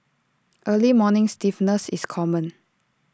early morning stiffness is common